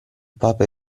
papa